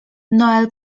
noel